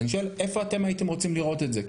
אני שואל איפה אתם הייתם רוצים לראות את זה,